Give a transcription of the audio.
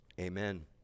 Amen